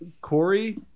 Corey